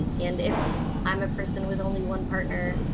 and if i'm a person with only one partner,